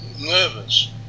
nervous